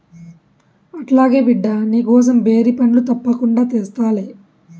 అట్లాగే బిడ్డా, నీకోసం బేరి పండ్లు తప్పకుండా తెస్తాలే